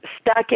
stuck